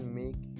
make